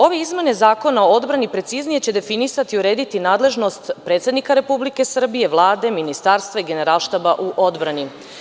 Ove izmene Zakona o odbrani preciznije će definisati i urediti nadležnost predsednika Republike Srbije, Vlade, ministarstva i Generalštaba u odbrani.